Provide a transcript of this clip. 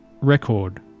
record